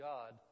God